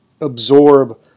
absorb